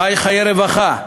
חי חיי רווחה,